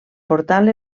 portal